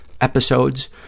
episodes